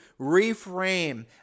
reframe